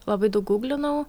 labai daug guglinau